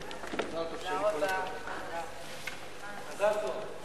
חוק העסקת עובדים